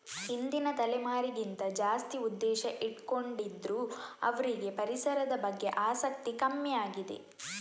ಹಿಂದಿನ ತಲೆಮಾರಿಗಿಂತ ಜಾಸ್ತಿ ಉದ್ದೇಶ ಇಟ್ಕೊಂಡಿದ್ರು ಇವ್ರಿಗೆ ಪರಿಸರದ ಬಗ್ಗೆ ಆಸಕ್ತಿ ಕಮ್ಮಿ ಆಗಿದೆ